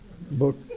book